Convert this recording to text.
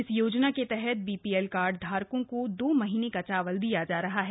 इस योजना के तहत बी पी एल कार्ड धारकों को दो महीने का चावल दिया जा रहा है